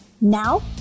Now